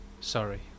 Sorry